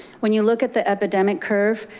when you look at the epidemic curve,